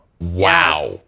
Wow